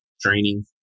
training